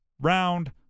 round